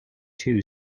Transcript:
two